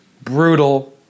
brutal